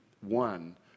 one